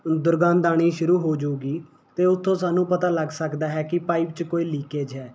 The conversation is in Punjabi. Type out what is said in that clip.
ਦੁਰਗੰਧ ਆਉਣੀ ਸ਼ੁਰੂ ਹੋ ਜਾਵੇਗੀ ਅਤੇ ਉਥੋਂ ਸਾਨੂੰ ਪਤਾ ਲੱਗ ਸਕਦਾ ਹੈ ਕਿ ਪਾਈਪ 'ਚ ਕੋਈ ਲੀਕਏਜ ਹੈ